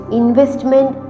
investment